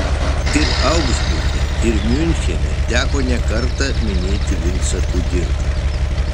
ir augsburge ir miunchene teko nekartą minėti vincą kudirką